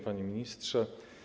Panie Ministrze!